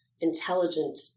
intelligent